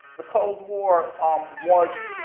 the cold war um was